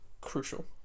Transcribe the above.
crucial